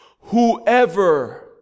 Whoever